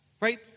Right